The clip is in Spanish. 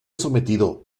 sometido